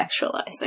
sexualizing